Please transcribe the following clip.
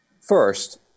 First